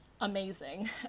amazing